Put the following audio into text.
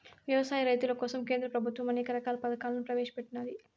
వ్యవసాయ రైతుల కోసం కేంద్ర ప్రభుత్వం అనేక రకాల పథకాలను ప్రవేశపెట్టినాది